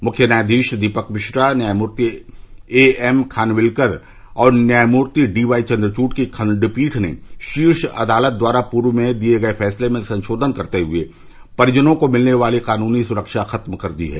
मुख्य न्यायाधीश दीपक मिश्रा न्यायमूर्ति एएम खानविलकर और न्यायमूर्ति डीवाई चन्द्रवूड़ की खंडपीठ ने शीर्ष अदालत द्वारा पूर्व में दिये गये फैसले में संशोधन करते हुए परिजनों को मिलने वाली कानूनी सुख्का खत्म कर दी है